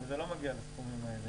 זה לא מגיע לסכומים האלה.